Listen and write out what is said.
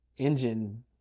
engine